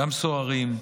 סוהרים,